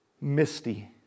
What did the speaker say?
misty